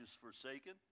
forsaken